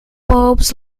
bulbs